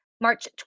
March